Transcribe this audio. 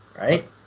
right